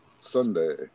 Sunday